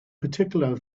particular